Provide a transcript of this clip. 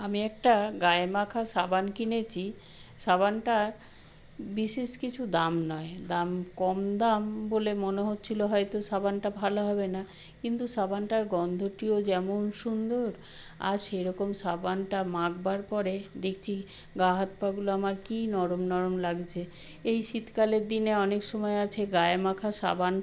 আমি একটা গায়ে মাখা সাবান কিনেছি সাবানটা বিশেষ কিছু দাম নয় দাম কম দাম বলে মনে হচ্ছিল হয়তো সাবানটা ভালো হবে না কিন্তু সাবানটার গন্ধটিও যেমন সুন্দর আর সেরকম সাবানটা মাখবার পরে দেখছি গা হাত পাগুলো আমার কি নরম নরম লাগছে এই শীতকালের দিনে অনেক সময় আছে গায়ে মাখা সাবান